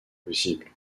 possible